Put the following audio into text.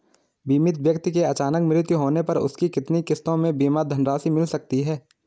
बीमित व्यक्ति के अचानक मृत्यु होने पर उसकी कितनी किश्तों में बीमा धनराशि मिल सकती है?